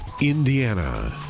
indiana